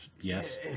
yes